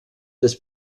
des